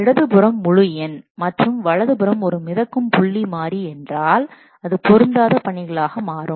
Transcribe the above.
இடது புறம் முழு எண் மற்றும் வலது புறம் ஒரு மிதக்கும் புள்ளி மாறி என்றால் இது பொருந்தாத பணிகளாக மாறும்